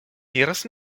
diras